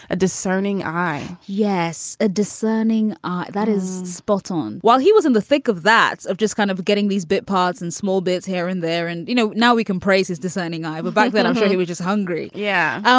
a discerning eye yes, a discerning ah that is spot on. while he was in the thick of that of just kind of getting these big pods and small bits here and there. and, you know, now we can praise is discerning. but back then, i'm sure he was just hungry. yeah.